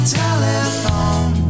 telephone